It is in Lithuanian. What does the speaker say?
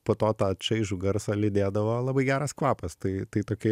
po to tą čaižų garsą lydėdavo labai geras kvapas tai tai tokia